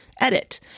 edit